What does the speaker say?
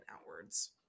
outwards